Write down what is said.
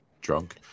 drunk